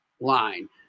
line